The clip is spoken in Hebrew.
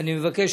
אני סבור,